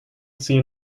seen